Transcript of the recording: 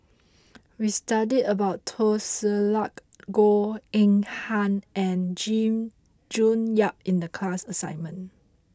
we studied about Teo Ser Luck Goh Eng Han and Jim June Yap in the class assignment